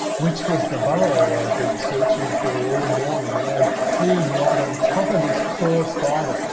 which was the burrow i'd been searching for all morning and i'd peed right on top of this poor spider.